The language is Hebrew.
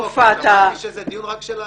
שמעתי שזה דיון רק של האופוזיציה.